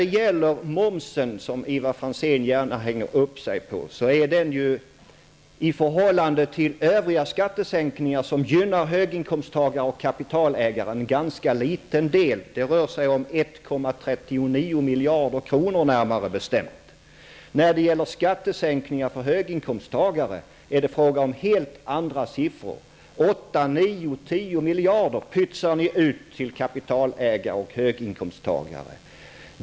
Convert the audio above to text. Beträffande momsen, som Ivar Franzén gärna hänger upp sig på, så rör det sig ju, i förhållande till övriga skattesänkningar som gynnar höginkomsttagare och kapitalägare, om en ganska liten del, närmare bestämt 1 ,39 miljarder kronor. När det gäller skattesänkningar för höginkomsttagare är det helt andra siffror; 8, 9, 10 miljarder pytsar ni ut till kapitalägare och höginkomsttagare.